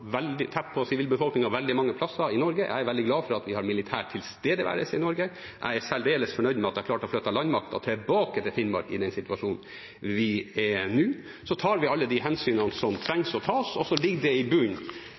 militær tilstedeværelse i Norge. Jeg er særdeles fornøyd med at jeg har klart å flytte landmakten tilbake til Finnmark i den situasjonen vi er i nå. Vi tar alle de hensyn som trengs å ta, og så ligger den i bunnen,